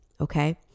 Okay